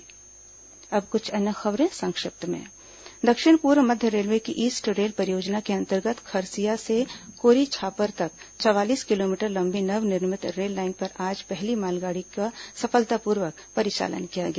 संक्षिप्त समाचार अब कुछ अन्य खबरें संक्षिप्त में दक्षिण पूर्व मध्य रेलवे की ईस्ट रेल परियोजना के अंतर्गत खरसिया से कोरीछापर तक चवालीस किलोमीटर लंबी नवनिर्मित रेललाइन पर आज पहली मालगाड़ी का सफलतापूर्वक परिचालन किया गया